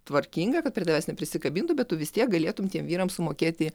tvarkinga kad prie tavęs neprisikabintų bet tu vis tiek galėtum tiem vyram sumokėti